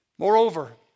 Moreover